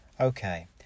okay